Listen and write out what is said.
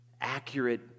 accurate